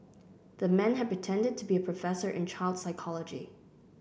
the man had pretended to be a professor in child psychology